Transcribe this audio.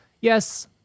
Yes